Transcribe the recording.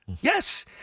Yes